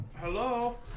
Hello